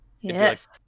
yes